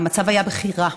המצב היה בכי רע: